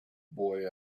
boy